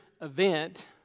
event